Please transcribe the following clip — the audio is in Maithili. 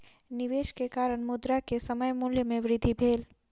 निवेश के कारण, मुद्रा के समय मूल्य में वृद्धि भेल